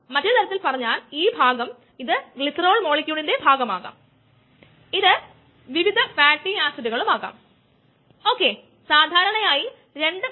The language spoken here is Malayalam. മുമ്പത്തെ പ്രഭാഷണത്തിൽ നമ്മൾ കണ്ട എന്തെങ്കിലും ആയിട്ട് സമവാക്യത്തിന്റെ ഈ രൂപം നിങ്ങളെ ഓർമ്മപ്പെടുത്തുന്നുണ്ടോ